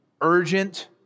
urgent